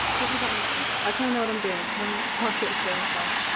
hopefully that makes sense, i kind of know what i'm doing sometimes it's hard to explain stuff,